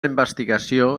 investigació